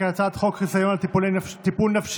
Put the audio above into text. ההצעה להעביר את הצעת חוק חיסיון על טיפול נפשי